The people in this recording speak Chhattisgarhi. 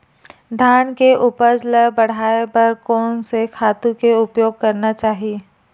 धान के उपज ल बढ़ाये बर कोन से खातु के उपयोग करना चाही?